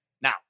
Now